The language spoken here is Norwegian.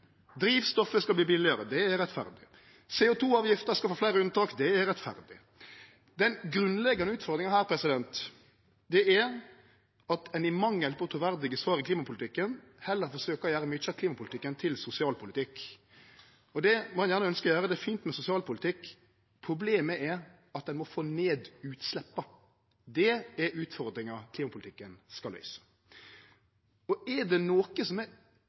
skal verte billegare. Det er rettferdig. CO 2 -avgifta skal få fleire unntak. Det er rettferdig. Den grunnleggjande utfordringa er at ein i mangel på truverdige svar i klimapolitikken heller forsøkjer å gjere mykje av klimapolitikken til sosialpolitikk. Det må ein gjerne ønskje å gjere, for det er fint med sosialpolitikk. Problemet er at ein må få ned utsleppa. Det er utfordringa klimapolitikken skal løyse. Er det noko som er